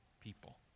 people